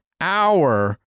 hour